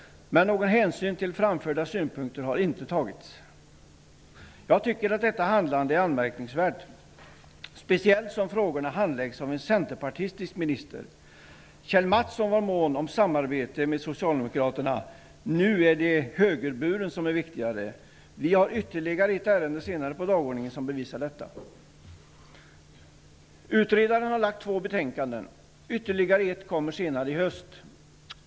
Men man har inte tagit några hänsyn till de synpunkter jag framfört. Jag tycker att detta handlande är anmärkningsvärt, speciellt som frågorna handläggs av en centerpartistisk minister. Kjell Mattson var mån om samarbete med socialdemokraterna. Nu är högerburen viktigare. Vi har ytterligare ett ärende senare på dagordningen som visar detta. Utredaren har lagt fram två betänkanden. Ytterligare ett kommer senare i höst.